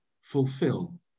fulfill